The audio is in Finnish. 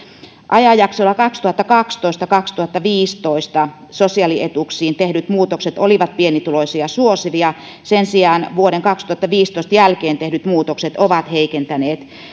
ajanjaksolla kaksituhattakaksitoista viiva kaksituhattaviisitoista sosiaalietuuksiin tehdyt muutokset olivat pienituloisia suosivia sen sijaan vuoden kaksituhattaviisitoista jälkeen tehdyt muutokset ovat heikentäneet